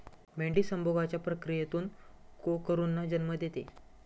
मेंढी संभोगाच्या प्रक्रियेतून कोकरूंना जन्म देते